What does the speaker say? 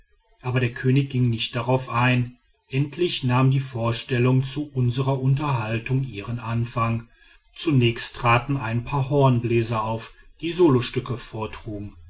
aber der könig ging nicht darauf ein endlich nahmen die vorstellungen zu unserer unterhaltung ihren anfang zunächst traten ein paar hornbläser auf die solostücke vortrugen